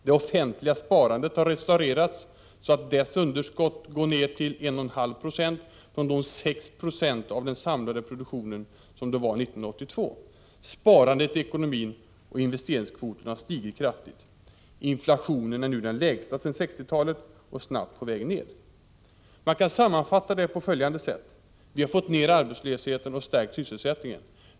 Det offentliga sparandet har restaurerats, så att underskottet i detta sparande nu är nere på 1,5 96, från att år 1982 ha legat på 6 70, av den samlade produktionen. Sparandet i ekonomin och även investeringskvoterna har stigit kraftigt. Inflationen är nu den lägsta sedan 1960-talet, och den är snabbt på väg nedåt. Man kan sammanfatta det hela på följande sätt: Vi har fått ned arbetslösheten och stärkt sysselsättningen.